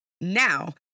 Now